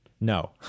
No